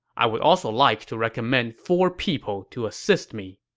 i would also like to recommend four people to assist me.